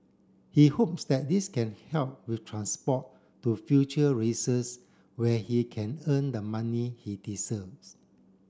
he hopes that this can help with transport to future races where he can earn the money he deserves